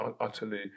utterly